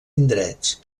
indrets